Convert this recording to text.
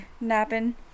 napping